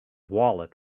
wallet